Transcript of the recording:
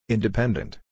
Independent